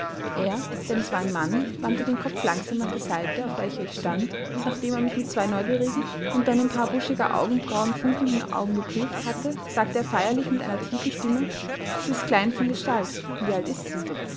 er denn es war ein mann wandte den kopf langsam nach der seite auf welcher ich stand und nachdem er mich mit zwei neugierigen unter einem paar buschiger augenbrauen funkelnden augen geprüft hatte sagte er feierlich mit einer tiefen stimme sie ist klein von gestalt wie alt ist sie